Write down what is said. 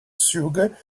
sugar